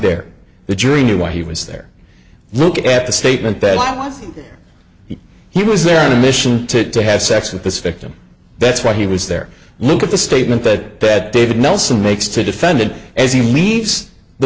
there the jury knew why he was there look at the statement that was he was there on a mission to to have sex with this victim that's why he was there look at the statement that that david nelson makes to defendant as he leaves the